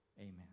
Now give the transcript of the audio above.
Amen